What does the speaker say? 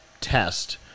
test